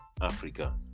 Africa